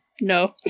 no